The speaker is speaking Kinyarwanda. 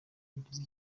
agize